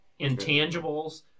Intangibles